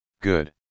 Good